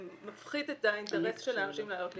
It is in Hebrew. שמפחית את האינטרס של האנשים לעלות לישראל.